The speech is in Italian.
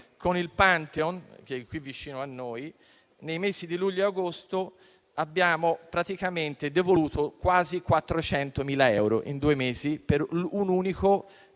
con il Pantheon, qui vicino a noi, nei mesi di luglio e agosto abbiamo devoluto quasi 400.000 euro, in due mesi per un unico